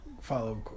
follow